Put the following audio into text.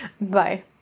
Bye